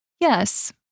Yes